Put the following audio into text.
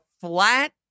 flat